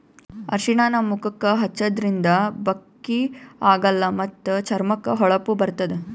ಅರ್ಷಿಣ ನಮ್ ಮುಖಕ್ಕಾ ಹಚ್ಚದ್ರಿನ್ದ ಬಕ್ಕಿ ಆಗಲ್ಲ ಮತ್ತ್ ಚರ್ಮಕ್ಕ್ ಹೊಳಪ ಬರ್ತದ್